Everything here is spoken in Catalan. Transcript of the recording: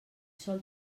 sol